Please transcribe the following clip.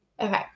Okay